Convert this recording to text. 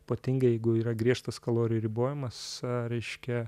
ypatingai jeigu yra griežtas kalorijų ribojimas reiškia